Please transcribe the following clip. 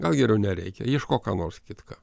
gal geriau nereikia ieškok ką nors kitką